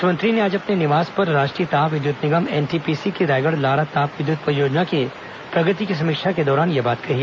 मुख्यमंत्री ने आज अपने निवास पर राष्ट्रीय ताप विद्यत निगम एनटीपीसी की रायगढ़ लारा ताप विद्युत परियोजना की प्रगति की समीक्षा के दौरान यह बात कही